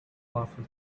powerful